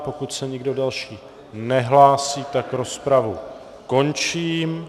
Pokud se nikdo další nehlásí, tak rozpravu končím.